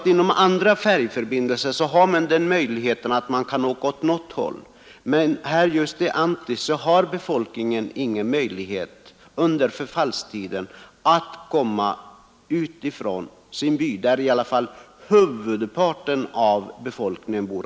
Vid andra färjförbindelser har man alltid möjligheten att åka åt något håll, men just i Anttis har befolkningen ingen möjlighet att under förfallstiden komma ut från byn på den östra sidan av älven, där huvudparten av befolkningen bor.